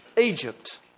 Egypt